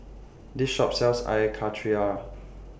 This Shop sells Air Karthira